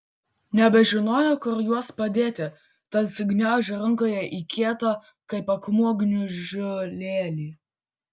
nebežinojo kur juos padėti tad sugniaužė rankoje į kietą kaip akmuo gniužulėlį